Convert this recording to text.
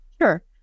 Sure